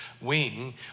wing